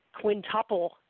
quintuple